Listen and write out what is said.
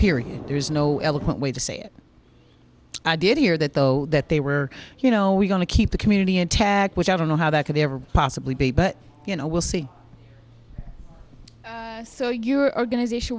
period there is no eloquent way to say it i did hear that though that they were you know we got to keep the community intact which i don't know how that could ever possibly be but you know we'll see so your organization